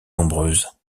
nombreuse